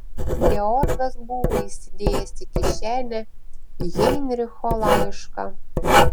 georgas buvo įsidėjęs į kišenę heinricho laišką